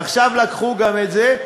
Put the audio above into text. עכשיו לקחו גם את זה,